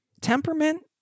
temperament